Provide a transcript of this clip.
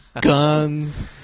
guns